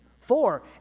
Four